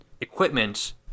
equipment